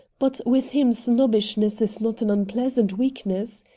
but with him snobbishness is not an unpleasant weakness.